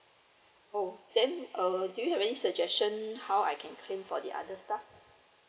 oh then do you have any suggestion how I can claim for the other stuff